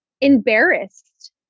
embarrassed